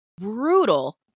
brutal